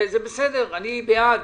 זה בסדר ואני בעד.